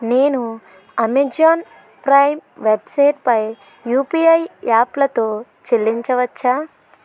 నేను Amazon Prime వెబ్సైట్పై UPI యాప్లతో చెల్లించవచ్చా